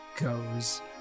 goes